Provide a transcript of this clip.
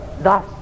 thus